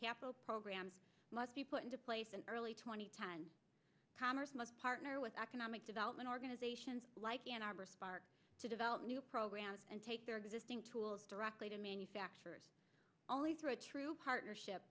capital program must be put into place in early two thousand and ten hammers must partner with economic development organizations like ann arbor spark to develop new programs and take their existing tools directly to manufacturers only through a true partnership